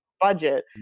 budget